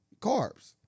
carbs